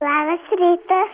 labas rytas